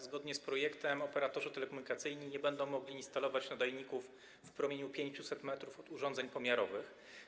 Zgodnie z projektem operatorzy telekomunikacyjni nie będą mogli instalować nadajników w promieniu 500 m od urządzeń pomiarowych.